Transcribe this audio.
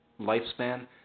lifespan